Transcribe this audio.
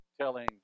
telling